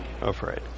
afraid